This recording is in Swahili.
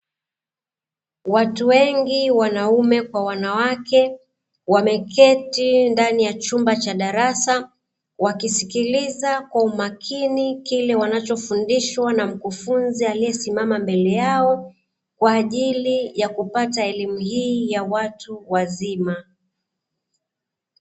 Watu wengi wanaume kwa wanawake, wameketi ndani ya chumba cha darasa, wakisikiliza kwa umakini kile wanachofundishwa na mkufunzi aliyesimama mbele yao, kwa ajili ya kupata elimu hii ya watu wazima.